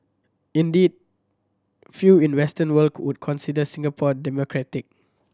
indeed few in the Western world would consider Singapore democratic